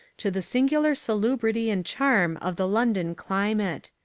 to the singular salubrity and charm of the london climate.